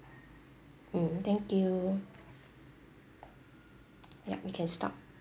mm thank you yup we can stop